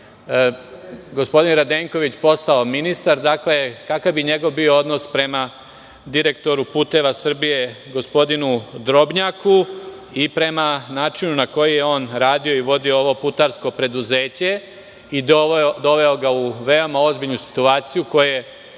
gospodin Radenković postao ministar, kakav bi njegov odnos bio prema direktoru "Puteva Srbije", gospodinu Drobnjaku i prema načinu na koji je on radio i vodio ovo putarsko preduzeće i doveo ga u veoma ozbiljnu situaciju koja